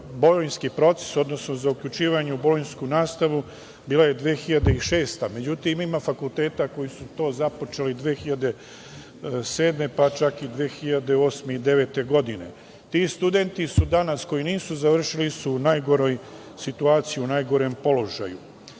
bolonjski proces, odnosno za uključivanje u bolonjsku nastavu bila je 2006. godina. Međutim, ima fakulteta koji su to započeli 2007, pa čak i 2008. i 2009. godine. Ti studenti, koji nisu završili, su danas u najgoroj situaciji, u najgorem položaju. Verujemo